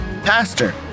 Pastor